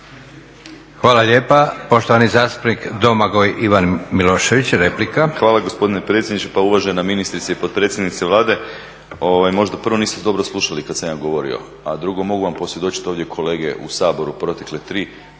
Hvala lijepa. Poštovani zastupnik Domagoj Ivan Milošević, replika. **Milošević, Domagoj Ivan (HDZ)** Hvala gospodine predsjedniče. Pa uvažena ministrice i potpredsjednice Vlade, možda niste prvo dobro slušali kada sam ja govorio. A drugo mogu vam posvjedočiti ovdje kolege u Saboru protekle 3,